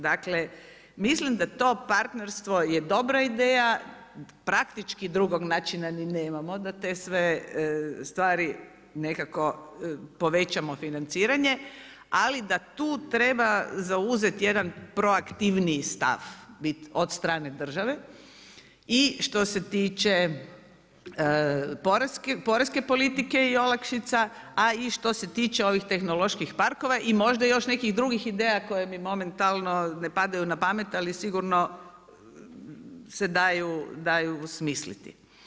Dakle, mislim da to partnerstvo je dobra ideja, praktički drugog načina ni nemamo, da te sve stvari nekako povećamo financiranje, ali da tu treba zauzeti jedan proaktivniji stav od strane države i što se tiče, poreske politike i olakšica a i što se tiče ovih tehnoloških parkova, i možda još nekih drugih ideja, koje mi momentalno ne padaju na pamet, ali je sigurno se daju smisliti.